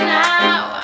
now